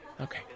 Okay